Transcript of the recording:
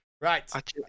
Right